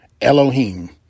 Elohim